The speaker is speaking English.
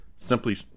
simply